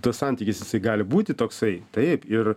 tas santykis jisai gali būti toksai taip ir